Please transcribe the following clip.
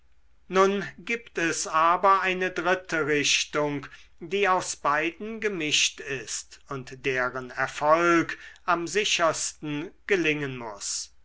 nun gibt es aber eine dritte richtung die aus beiden gemischt ist und deren erfolg am sichersten gelingen muß